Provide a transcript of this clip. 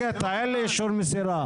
אלה דברים קטנים.